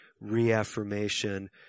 reaffirmation